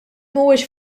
mhuwiex